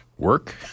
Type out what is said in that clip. work